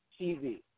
TV